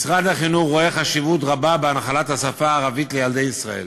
משרד החינוך רואה חשיבות רבה בהנחלת השפה הערבית לילדי ישראל.